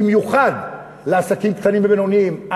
במיוחד לעסקים קטנים ובינוניים.